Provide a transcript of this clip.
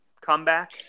comeback